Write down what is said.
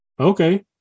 Okay